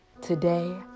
Today